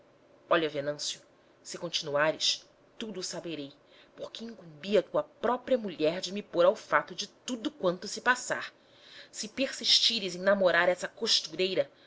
olha venâncio se continuares tudo saberei porque incumbi a tua própria mulher de me pôr ao fato de tudo quanto se passar se persistires em namorar essa costureira